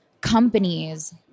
companies